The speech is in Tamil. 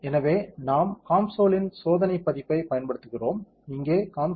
எனவே நாம் COMSOL இன் சோதனை பதிப்பைப் பயன்படுத்துகிறோம் இங்கே COMSOL 5